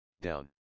down